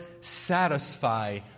satisfy